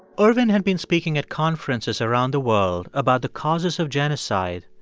ervin had been speaking at conferences around the world about the causes of genocide,